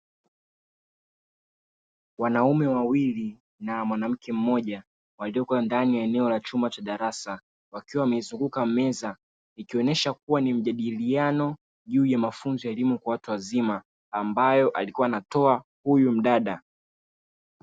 Wanaume wawili na mwanamke mmoja waliokua ndani ya eneo la chumba cha darasa, wakiwa wameizunguka meza ikionyesha kuwa ni mjadiliano juu ya mafunzo ya elimu kwa watu wazima, ambayo alikuwa anatoa huyu mdada.